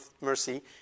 mercy